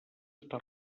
està